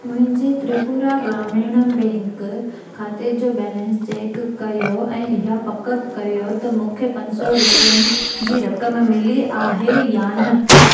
मुंहिंजे त्रिपुरा ग्रामीण बैंक खाते जो बैलेंस चेक कयो ऐं इहा पक कयो त मूंखे पंज सौ रुपियनि जी रक़म मिली आहे या न